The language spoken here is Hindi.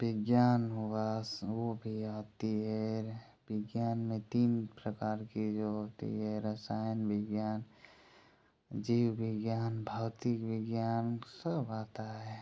विज्ञान हुआ वो भी आती है विज्ञान में तीन प्रकार के जो होती है रसायन विज्ञान जीव विज्ञान भौतिक विज्ञान सब आता है